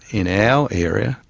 in our area,